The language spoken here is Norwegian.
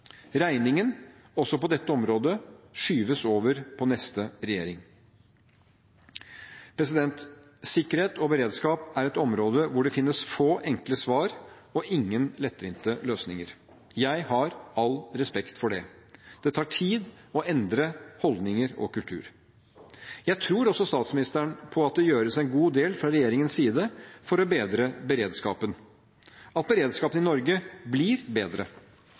Regningen, også på dette området, skyves over på neste regjering. Sikkerhet og beredskap er et område hvor det finnes få enkle svar og ingen lettvinte løsninger. Jeg har all respekt for det. Det tar tid å endre holdninger og kultur. Jeg tror også statsministeren på at det gjøres en god del fra regjeringens side for å bedre beredskapen, at beredskapen i Norge blir bedre.